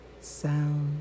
sound